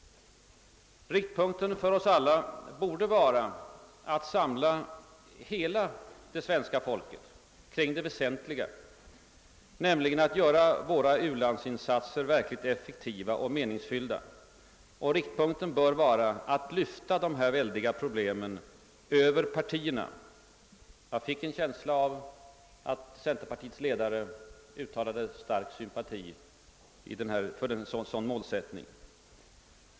Riktpunkten för oss alla borde vara att samla hela det svenska folket kring det väsentliga, nämligen att göra våra utlandsinsatser verkligt effektiva och meningsfyllda, och riktpunkten bör vara att lyfta dessa väldiga problem över partierna. Jag fick en känsla av att centerpartiets ledare hade stark sympati för en sådan målsättning.